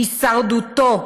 הישרדותו,